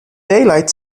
daylight